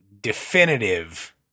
definitive